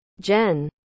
Jen